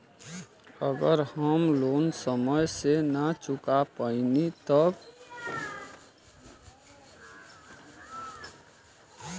अगर हम लोन समय से ना चुका पैनी तब?